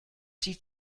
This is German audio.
sie